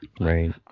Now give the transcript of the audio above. right